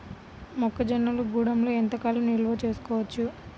మొక్క జొన్నలు గూడంలో ఎంత కాలం నిల్వ చేసుకోవచ్చు?